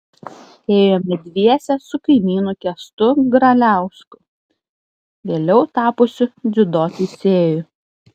ėjome dviese su kaimynu kęstu graliausku vėliau tapusiu dziudo teisėju